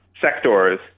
sectors